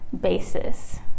basis